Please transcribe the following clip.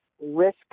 risk